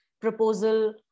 proposal